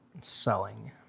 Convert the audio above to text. selling